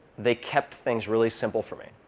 they kept things really simple for me.